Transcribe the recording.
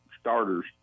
starters